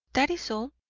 that is all.